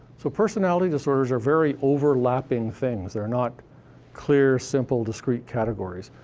so personality disorders are very overlapping things. they're not clear, simple, discrete categories.